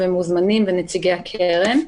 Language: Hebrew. מוזמנים ונציגי הקרן.